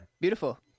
Beautiful